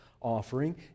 offering